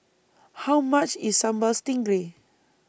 How much IS Sambal Stingray